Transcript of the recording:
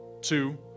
two